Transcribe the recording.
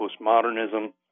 postmodernism